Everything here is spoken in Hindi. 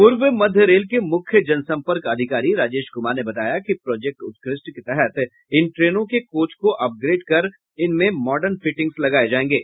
पूर्व मध्य रेल के मुख्य जनसंपर्क अधिकारी राजेश कुमार ने बताया कि प्रोजेक्ट उत्कृष्ट के तहत इन ट्रेनों के कोच को अपग्रेड कर इनमें मॉडर्न फिटिंग्स लगाये जायेंगे